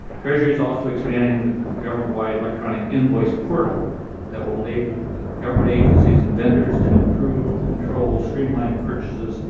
treasury is also expanding and the government-wide electronic invoice portal that will enable government agencies and vendors to improve control, streamline purchases,